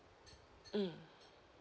mm